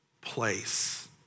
place